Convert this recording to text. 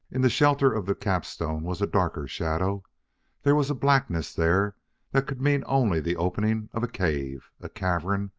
in the shelter of the capstone was a darker shadow there was a blackness there that could mean only the opening of a cave a cavern,